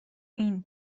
این